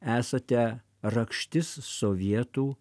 esate rakštis sovietų